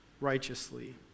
righteously